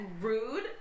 rude